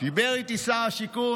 דיבר איתי שר השיכון,